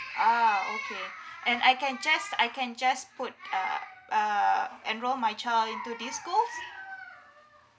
uh okay and I can just I can just put uh uh enroll my child into these schools